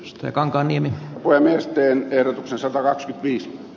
ostaja kankaanniemi voi myös tein ehdotuksensa kovaci